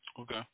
Okay